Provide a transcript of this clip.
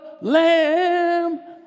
lamb